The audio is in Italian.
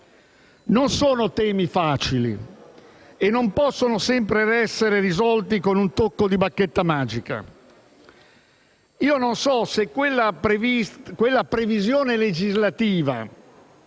Non sono temi facili e non possono sempre essere risolti con un tocco di bacchetta magica. Non so se quella previsione legislativa,